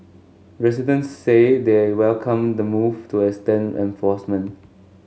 residents say they welcome the move to extend enforcement